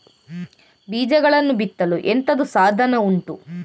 ಬೀಜಗಳನ್ನು ಬಿತ್ತಲು ಎಂತದು ಸಾಧನ ಉಂಟು?